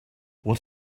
what